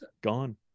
gone